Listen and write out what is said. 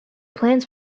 plans